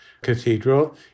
cathedral